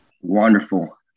Wonderful